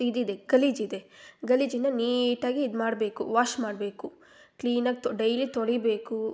ಇದಿದೆ ಗಲೀಜಿದೆ ಗಲೀಜನ್ನ ನೀಟಾಗಿ ಇದ್ಮಾಡಬೇಕು ವಾಶ್ ಮಾಡಬೇಕು ಕ್ಲೀನಾಗಿ ತೊ ಡೈಲಿ ತೊಳಿಬೇಕು